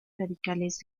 radicales